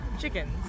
Chickens